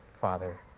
Father